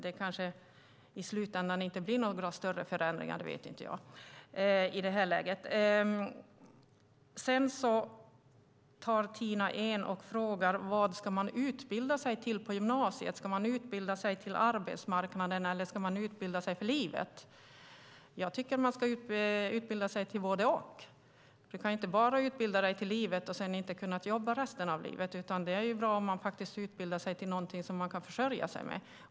Det kanske inte blir några större förändringar i slutändan. Det vet inte jag i detta läge. Tina Ehn frågar: Vad ska man utbilda sig till på gymnasiet? Ska man utbilda sig för arbetsmarknaden, eller ska man utbilda sig för livet? Jag tycker att man ska utbilda sig för både och. Man kan inte bara utbilda dig för livet och sedan inte kunna jobba resten av livet, utan det är bra om man utbildar sig för någonting som man kan försörja sig på.